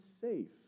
safe